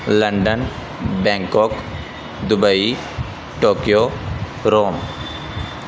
London Bangkok Dubai Tokyo Rome